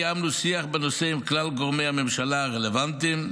קיימנו שיח בנושא כלל גורמי הממשלה הרלוונטיים,